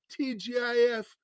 TGIF